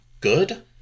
good